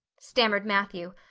stammered matthew,